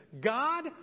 God